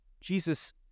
Jesus